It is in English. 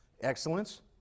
excellence